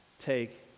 take